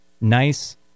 nice